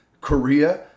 Korea